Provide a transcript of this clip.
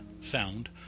sound